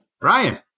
Ryan